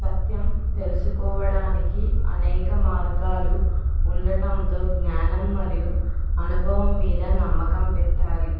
సత్యం తెలుసుకోవడానికి అనేక మార్గాలు ఉండటంతో జ్ఞానం మరియు అనుభవం మీద నమ్మకం పెట్టాలి